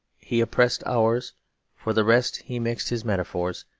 he oppressed ours for the rest he mixed his metaphors,